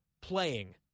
playing